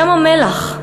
ים-המלח,